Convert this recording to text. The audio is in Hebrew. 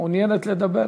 מעוניינת לדבר?